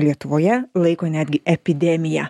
lietuvoje laiko netgi epidemija